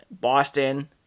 Boston